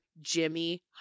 Jimmy